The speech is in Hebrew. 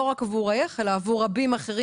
לא רק עבורך אלא עבור רבים אחרים.